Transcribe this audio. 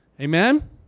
Amen